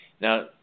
Now